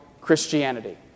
Christianity